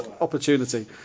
opportunity